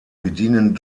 bedienen